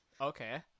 Okay